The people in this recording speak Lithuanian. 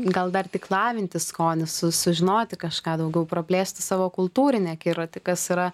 gal dar tik lavinti skonį su sužinoti kažką daugiau praplėsti savo kultūrinį akiratį kas yra